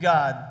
God